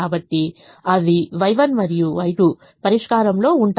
కాబట్టి అవి Y1 మరియు Y2 పరిష్కారం లో ఉంటాయి